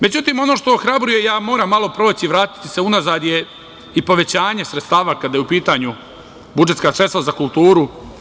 Međutim, ono što ohrabruje, ja moram malo proći i vratiti se unazad, je i povećanje sredstava, kada su u pitanju budžetska sredstva za kulturu.